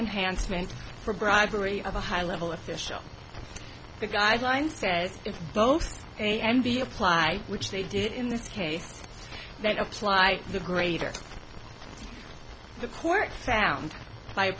enhancement for bribery of a high level official the guideline says if both a and b apply which they did in this case then apply the greater the court found by a